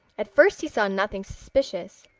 at first he saw nothing suspicious.